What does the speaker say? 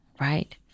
right